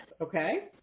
Okay